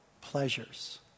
pleasures